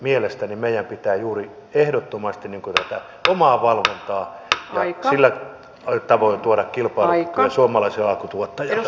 mielestäni meidän pitää juuri ehdottomasti tätä omaa valvontaa lisätä ja sillä tavoin tuoda kilpailukykyä suomalaiselle alkutuottajalle